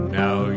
now